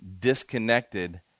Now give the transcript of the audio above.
disconnected